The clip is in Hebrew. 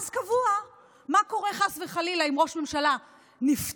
אז קבוע מה קורה חס וחלילה אם ראש ממשלה נפטר,